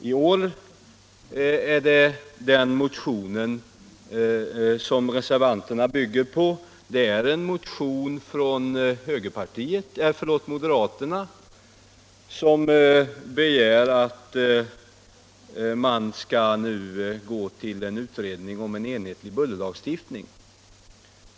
I år bygger reservanterna på en motion från moderaterna, vari begärs att man skall utreda en enhetlig bullerlagstiftning.